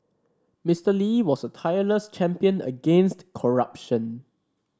Mister Lee was a tireless champion against corruption